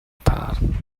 таарна